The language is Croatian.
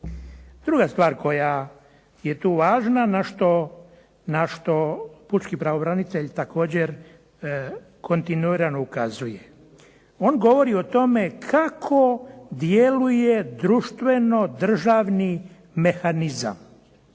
Druga stvar koja je tu važna, na što pučki pravobranitelj također kontinuirano ukazuje. On govori o tome kako djeluje društveno-državni mehanizam.